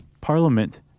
Parliament